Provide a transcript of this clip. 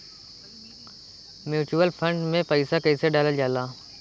Mutual fund मे पईसा कइसे डालल जाला?